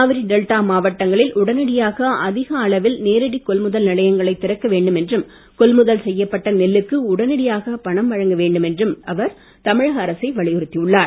Kaveri delta மாவட்டங்களில் உடனடியாக அதிக அளவில் நேரடி கொள்முதல் நிலையங்களை திறக்க வேண்டும் என்றும் கொள்முதல் செய்யப்பட்ட நெல்லுக்கு உடனடியாக பணம் வழங்க வேண்டும் என்றும் அவர் தமிகை அரசை வலியுறுத்தி உள்ளார்